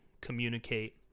communicate